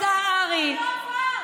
אבל זה לא עבר.